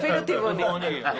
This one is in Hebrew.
גם טבעוני.